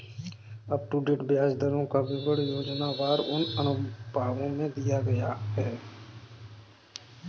up to date ब्याज दरों का विवरण योजनावार उन अनुभागों में दिया गया है